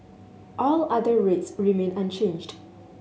all other rates remain unchanged